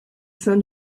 sein